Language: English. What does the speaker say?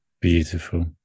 Beautiful